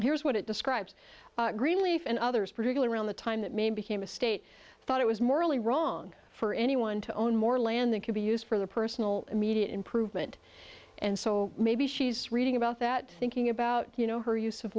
here's what it describes greenleaf and others particular around the time that man became a state thought it was morally wrong for anyone to own more land that could be used for the personal immediate improvement and so maybe she's reading about that thinking about you know her use of